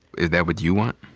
is that what you want?